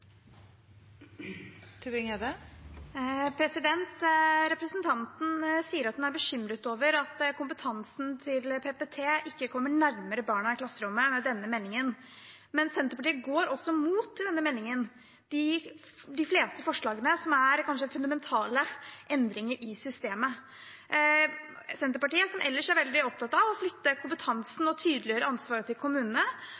bekymret over at kompetansen til PPT ikke kommer nærmere barna i klasserommet med denne meldingen. Men Senterpartiet går også imot de fleste forslagene i denne meldingen som kanskje kan føre til fundamentale endringer i systemet. Senterpartiet, som ellers er veldig opptatt av å flytte